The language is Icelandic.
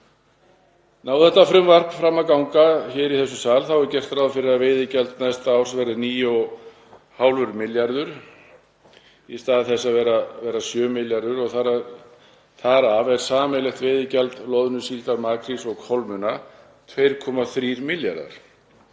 Nái þetta frumvarp fram að ganga hér í þessum sal er gert ráð fyrir að veiðigjöld næsta árs verði 9,5 milljarðar í stað þess að vera 7 milljarðar og þar af er sameiginlegt veiðigjald af loðnu, síld, makríl og kolmunna 2,3 milljarðar